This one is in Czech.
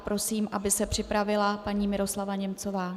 Prosím, aby se připravila paní Miroslava Němcová.